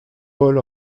paul